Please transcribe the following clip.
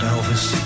Elvis